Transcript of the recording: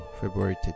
february